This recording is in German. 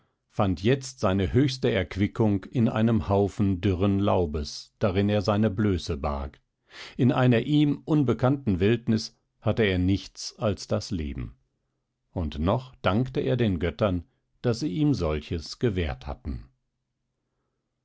fand jetzt seine höchste erquickung in einem haufen dürren laubes darin er seine blöße barg in einer ihm unbekannten wildnis hatte er nichts als das leben und noch dankte er den göttern daß sie ihm solches gewährt hatten